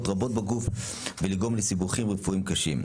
רבות בגוף ולגרום לסיבוכים רפואיים קשים.